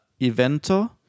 evento